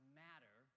matter